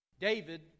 David